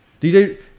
DJ